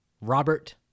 Robert